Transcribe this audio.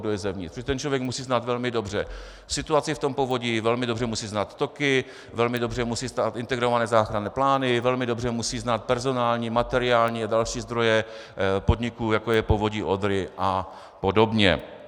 Že ten člověk musí znát velmi dobře situaci v tom povodí, velmi dobře musí znát toky, velmi dobře musí znát integrované záchranné plány, velmi dobře musí znát personální, materiální a další zdroje podniku, jako je Povodí Odry a podobně.